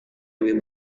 lebih